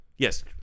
Yes